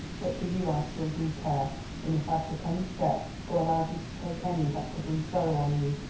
but for you i still do care, and if i took any step, or allowed you to take any that could bring sorrow on you,